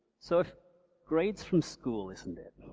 so, if grades from school isn't it,